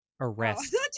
arrest